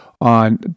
on